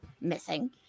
missing